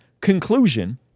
conclusion